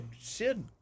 Sid